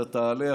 אתה תעלה,